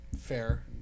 fair